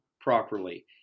properly